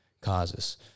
causes